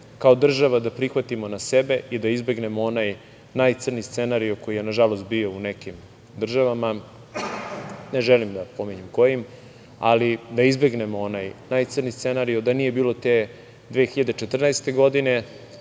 kao država da prihvatimo na sebe i da izbegnemo onaj najcrnji scenario koji je nažalost bio u nekim državama, ne želim da pominjem kojim, da nije bilo te 2014. godine i da te 2014. godine